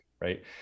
right